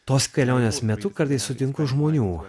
tos kelionės metu kartais sutinku žmonių